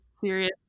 serious